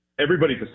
everybody's